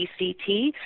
ECT